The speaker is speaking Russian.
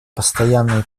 постоянной